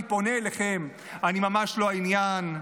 אני פונה אליכם: אני ממש לא העניין,